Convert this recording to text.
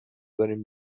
داریم